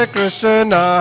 Krishna